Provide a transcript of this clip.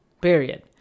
Period